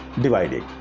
dividing